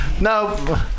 No